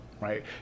right